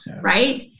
right